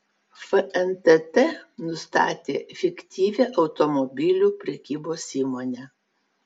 fntt nustatė fiktyvią automobilių prekybos įmonę